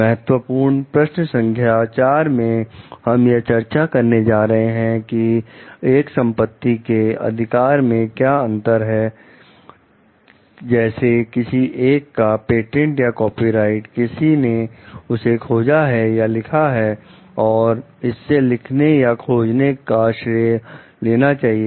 महत्वपूर्ण प्रश्न संख्या चार में हम यह चर्चा करने जा रहे हैं कि एक संपत्ति के अधिकार में क्या अंतर है जैसे किसी चीज का पेटेंट या कॉपीराइट किसी ने उसे खोजा है या लिखा है और इससे लिखने या खोजने का श्रेय लेना चाहिए